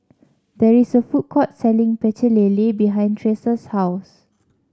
there is a food court selling Pecel Lele behind Tressa's house